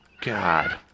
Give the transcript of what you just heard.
God